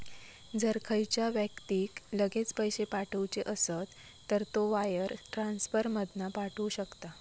जर खयच्या व्यक्तिक लगेच पैशे पाठवुचे असत तर तो वायर ट्रांसफर मधना पाठवु शकता